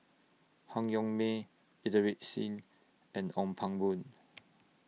Han Yong May Inderjit Singh and Ong Pang Boon